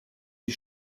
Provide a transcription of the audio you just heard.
die